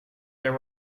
there